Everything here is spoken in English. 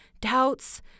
Doubts